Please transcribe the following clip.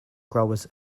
growers